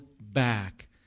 back